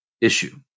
issue